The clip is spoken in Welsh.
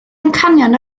amcan